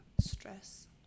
Stress